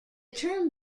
term